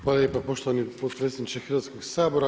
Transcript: Hvala lijepa poštovani potpredsjedniče Hrvatskoga sabora.